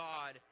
God